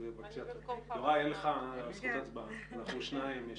יוראי, אין לך זכות הצבעה, אנחנו שניים.